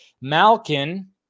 Malkin